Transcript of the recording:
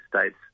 States